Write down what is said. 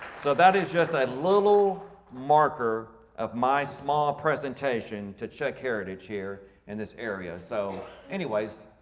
so that is just a little marker of my small presentation to czech heritage here in this area, so anyways